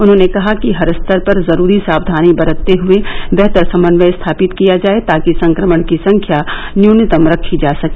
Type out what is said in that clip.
उन्होंने कहा कि हर स्तर पर जरूरी साक्धानी बरतते हए बेहतर समन्वय स्थापित किया जाए ताकि संक्रमण की संख्या न्यनतम रखी जा सके